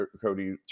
Cody